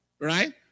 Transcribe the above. right